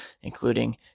including